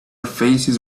faces